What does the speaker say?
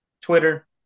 Twitter